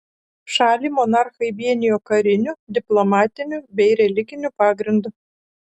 šalį monarchai vienijo kariniu diplomatiniu bei religiniu pagrindu